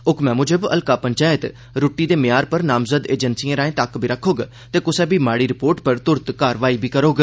हुक्मै मुजब हल्का पंचैत रूट्टी दे म्यार पर नामज़द एजेंसिएं राएं तक्क बी रक्खोग ते कुसै बी माड़ी रिपोर्ट पर तुरत कार्रवाई बी करोग